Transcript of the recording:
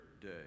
day